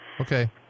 Okay